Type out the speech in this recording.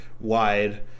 wide